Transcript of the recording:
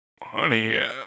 Honey